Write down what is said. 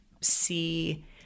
see